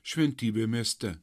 šventybė mieste